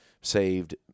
saved